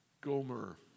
Gomer